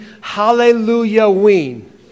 Hallelujah-ween